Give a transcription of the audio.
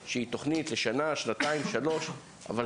לאומי ולשאלת אדוני